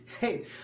hey